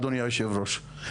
אדוני יושב הראש,